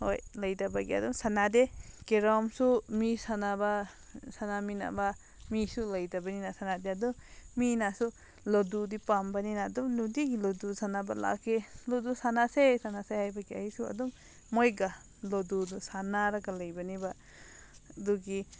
ꯍꯣꯏ ꯂꯩꯇꯕꯒꯤ ꯑꯗꯨꯝ ꯁꯥꯟꯅꯗꯦ ꯀꯦꯔꯣꯝꯁꯨ ꯃꯤ ꯁꯥꯟꯅꯕ ꯁꯅꯑꯃꯤꯅꯕ ꯃꯤꯁꯨ ꯂꯩꯇꯕꯅꯤꯅ ꯁꯥꯟꯅꯗꯦ ꯑꯗꯨꯝ ꯃꯤꯅꯁꯨ ꯂꯣꯗꯨꯗꯤ ꯄꯥꯝꯕꯅꯤꯅ ꯑꯗꯨꯝ ꯅꯨꯇꯤꯒꯤ ꯂꯨꯗꯣ ꯁꯥꯟꯅꯕ ꯂꯥꯛꯏ ꯂꯨꯗꯨ ꯁꯥꯟꯅꯁꯦ ꯁꯥꯟꯅꯁꯦ ꯍꯥꯏꯕꯒꯤ ꯑꯩꯁꯨ ꯑꯗꯨꯝ ꯃꯣꯏꯒ ꯂꯣꯗꯣꯗꯣ ꯁꯥꯟꯅꯔꯒ ꯂꯩꯕꯅꯦꯕ ꯑꯗꯨꯒꯤ